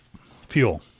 Fuel